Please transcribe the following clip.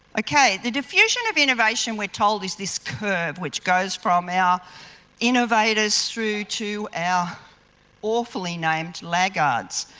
okay, the diffusion of innovation we're told is this curve which goes from our innovators through to our awfully named laggards.